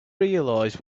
realize